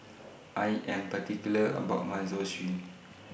I Am particular about My Zosui